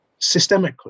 systemically